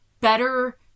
better